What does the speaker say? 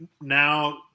now